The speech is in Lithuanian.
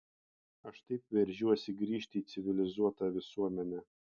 aš taip veržiuosi grįžti į civilizuotą visuomenę